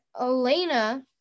Elena